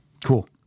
cool